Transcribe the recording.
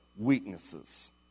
weaknesses